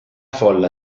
folla